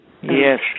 Yes